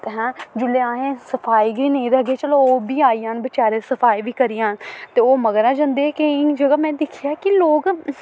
ते हां जल्लै असें सफाई गै नेईं रक्खगे चलो ओह् बी आई जान बेचारे सफाई बी करी जान ते ओह् मगरा जंदे केईं जगह में दिक्खेआ कि लोग